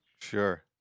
Sure